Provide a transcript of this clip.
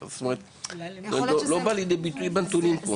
זה לא מה שבא לידי ביטוי מהנתונים פה.